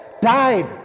died